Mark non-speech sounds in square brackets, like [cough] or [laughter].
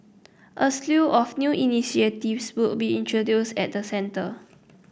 a slew of new initiatives [unintelligible] will be introduced at the centre